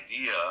idea